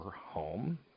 home